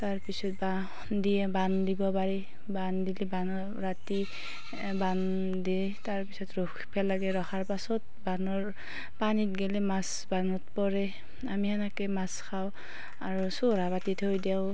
তাৰপিছত বাঁহ দি বান্ধ দিব পাৰি বান্ধ দিলে বান্ধৰ ৰাতি বান্ধ দি তাৰপিছত ৰখিব লাগে ৰখাৰ পাছত বান্ধৰ পানীত গলে মাছ বান্ধত পৰে আমি সেনেকৈ মাছ খাওঁ আৰু চোৰহা পাতি থৈ দিওঁ